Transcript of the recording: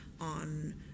on